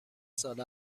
ساله